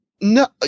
no